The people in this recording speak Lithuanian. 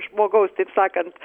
žmogaus taip sakant